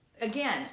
again